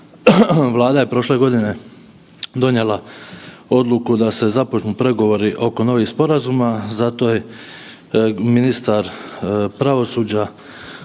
Vlada je prošle godine donijela odluku da se započnu pregovori oko novih sporazuma zato je ministar pravosuđa